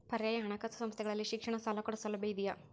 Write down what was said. ಪರ್ಯಾಯ ಹಣಕಾಸು ಸಂಸ್ಥೆಗಳಲ್ಲಿ ಶಿಕ್ಷಣ ಸಾಲ ಕೊಡೋ ಸೌಲಭ್ಯ ಇದಿಯಾ?